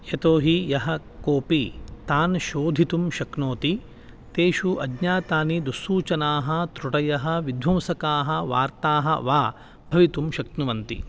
यतो हि यः कोपि तान् शोधयितुं शक्नोति तेषु अज्ञातानि दुःसूचनाः त्रुटयः विध्वंसकाः वार्ताः वा भवितुं शक्नुवन्ति